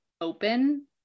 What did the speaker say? open